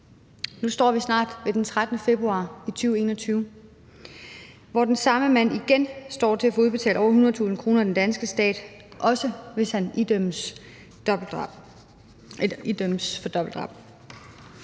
Nu har vi snart den 13. februar 2021, hvor den samme mand igen står til at få udbetalt over 100.000 kr. af den danske stat, også hvis han dømmes for dobbeltdrab.